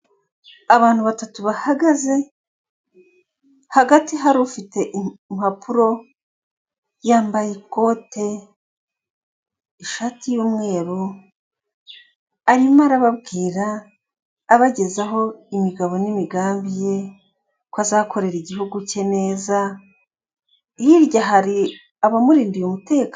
Abantu batatu bahagaze hagati hari ufite impapuro yambaye ikote, ishati y'umweru arimo arababwira abagezaho imigabo n'imigambi ye ko azakorera igihugu cye neza hirya hari abamurindiye umutekano.